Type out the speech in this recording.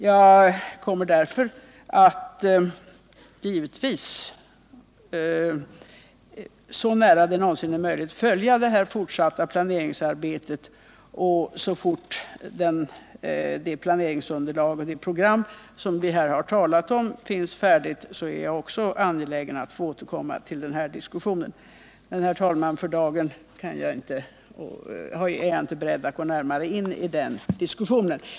Jag kommer givetvis att följa det fortsatta planeringsarbetet så nära som det över huvud taget är möjligt. Så snart det planeringsunderlag och det program vi här har talat om är färdigt är jag också angelägen att få återkomma till denna fråga. För dagen är jag emellertid inte beredd att gå närmare in i den här diskussionen.